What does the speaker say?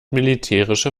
militärische